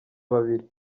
babiri